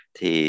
Thì